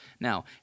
Now